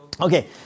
Okay